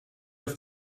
auf